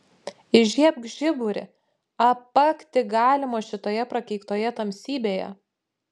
įžiebk žiburį apakti galima šitoje prakeiktoje tamsybėje